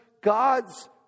God's